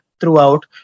throughout